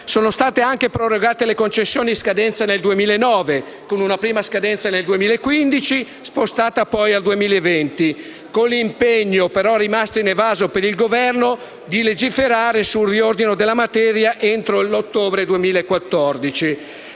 Sono state anche prorogate le concessioni in scadenza al 2009, con una prima scadenza al 2015, spostata poi al 2020, con l'impegno per il Governo - però rimasto inevaso - di legiferare sul riordino della materia entro l'ottobre del 2014.